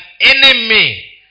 enemy